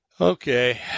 Okay